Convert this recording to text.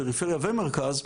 פריפריה ומרכז,